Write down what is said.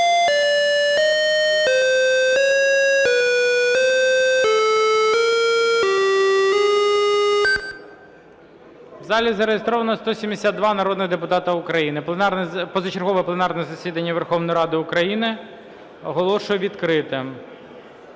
В залі зареєстровано 172 народних депутата України. Позачергове пленарне засідання Верховної Ради України оголошую відкритим.